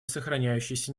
сохраняющейся